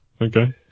Okay